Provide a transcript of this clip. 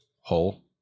hole